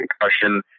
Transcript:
concussion